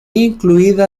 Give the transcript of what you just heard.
incluida